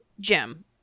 Jim